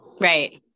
right